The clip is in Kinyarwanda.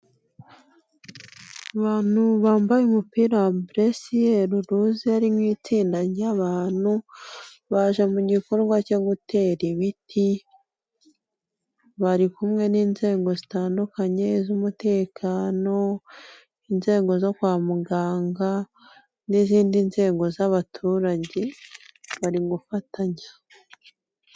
Abantu bambaye umupira wa buresiyeri ruze harimo itsinda ry'abantu baje mu gikorwa cyo gutera ibiti, bari kumwe n'inzego zitandukanye z'umutekano, inzego zo kwa muganga n'izindi nzego z'abaturage bari gufatanya.